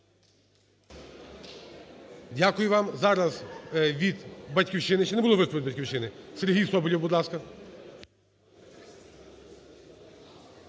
Дякую вам. Зараз від "Батьківщини". Чи не буде виступу від "Батьківщини"? Сергій Соболєв, будь ласка.